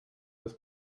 das